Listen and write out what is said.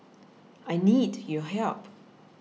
I need your help